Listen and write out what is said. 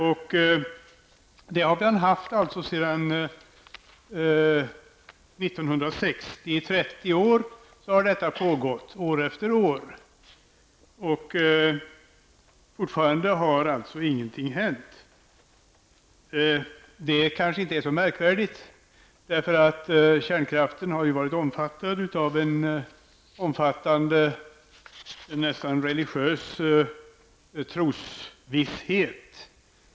Undantaget har gällt sedan 1960, i 30 år, och fortfarande har ingenting hänt. Det kanske inte är så märkvärdigt. Kärnkraften har ju varit omfattad av en nästan religiös trosvisshet.